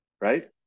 right